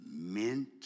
mint